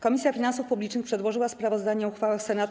Komisja Finansów Publicznych przedłożyła sprawozdanie o uchwałach Senatu.